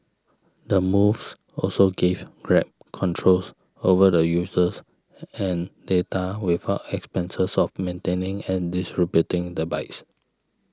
the moves also gives Grab controls over the users and data without the expenses of maintaining and distributing the bikes